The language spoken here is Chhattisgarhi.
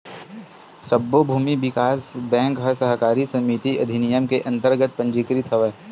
सब्बो भूमि बिकास बेंक ह सहकारी समिति अधिनियम के अंतरगत पंजीकृत हवय